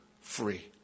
free